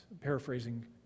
Paraphrasing